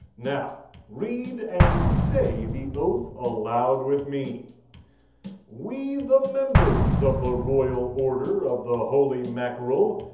now read and say the oath aloud with me we the members of the royal order of the holy mackerel,